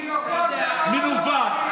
תינוקות במעון, מנווט.